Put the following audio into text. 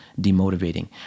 demotivating